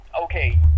okay